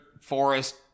forest